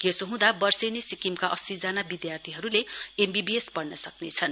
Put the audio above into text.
यसो हँदा वर्षेनी सिक्किमका अस्सीजना विद्यार्थीहरूले एमबीबीएस पढ्न सक्नेछन